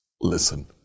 listen